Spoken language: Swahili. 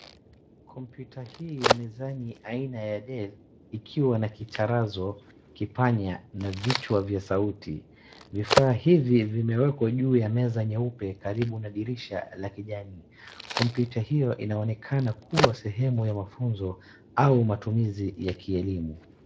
Kompyuta hii ya mezani aina ya Dell ikiwa na kicharazo, kipanya na vichwa vya sauti, vifaa hivi vimewekwa juu ya meza nyeupe karibu na dirisha la kijani. Kompyuta hiyo inaonekana kuwa sehemu ya mafunzo au matumizi ya kielimu.